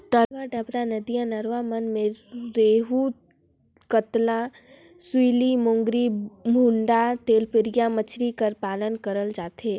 तलवा डबरा, नदिया नरूवा मन में रेहू, कतला, सूइली, मोंगरी, भुंडा, तेलपिया मछरी कर पालन करल जाथे